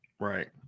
Right